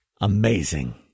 Amazing